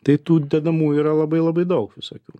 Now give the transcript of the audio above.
tai tų dedamųjų yra labai labai daug visokių